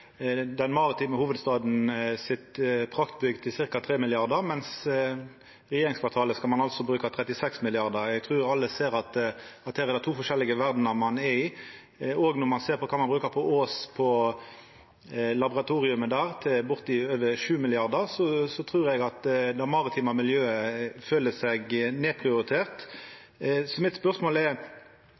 den maritime hovudstaden sitt praktbygg til ca. 3 mrd. kr, mens ein på regjeringskvartalet altså skal bruka 36 mrd. kr. Eg trur alle ser at her er det to forskjellige verder ein er i. Òg når ein ser kva ein bruker på Ås, på laboratoriet der, til bortimot 7 mrd. kr, trur eg at det maritime miljøet føler seg nedprioritert. Spørsmålet mitt er: